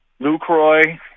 Lucroy